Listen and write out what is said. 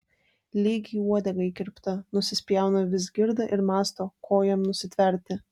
lyg į uodegą įkirpta nusispjauna vizgirda ir mąsto ko jam nusitverti